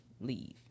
leave